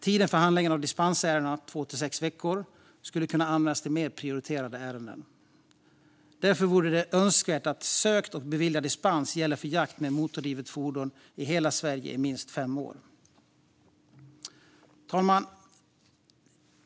Tiden för handläggning av dispensärenden - två till sex veckor - skulle kunna användas till mer prioriterade ärenden. Därför vore det önskvärt att sökt och beviljad dispens gäller för jakt med motordrivet fordon i hela Sverige i minst fem år. Fru talman!